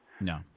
No